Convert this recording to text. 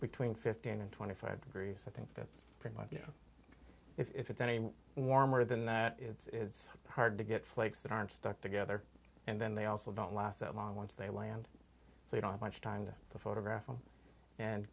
between fifteen and twenty five degrees i think that's pretty much if it's any warmer than that it's hard to get flakes that aren't stuck together and then they also don't last that long once they land so you don't have much time to photograph